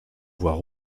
voix